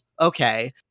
okay